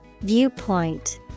Viewpoint